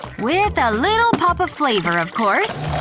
with a little pop of flavor, of course.